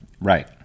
Right